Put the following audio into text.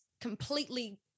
completely